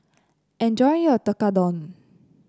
enjoy your Tekkadon